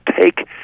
take